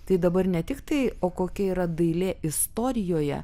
tai dabar ne tik tai o kokia yra dailė istorijoje